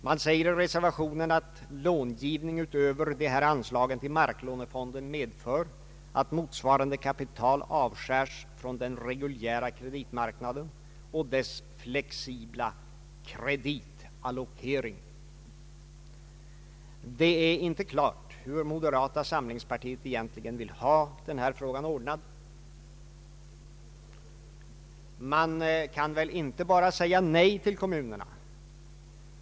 Det sägs i reservationen att långivning utöver anslagen till marklånefonden medför att motsvarande kapital avskärs från den regul Det är inte klart hur moderata samlingspartiet egentligen vill ha den här frågan ordnad. Man kan väl inte bara säga nej till kommunerna.